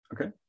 Okay